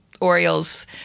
Orioles